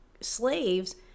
slaves